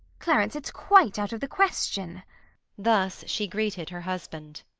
clarence, it's quite out of the question thus she greeted her husband.